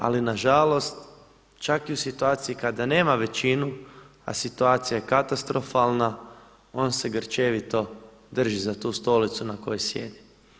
Ali nažalost čak i u situaciji kada nema većinu a situacija je katastrofalna on se grčevito drži za tu stolicu na kojoj sjedi.